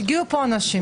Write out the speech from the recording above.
הגיעו פה אנשים.